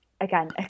again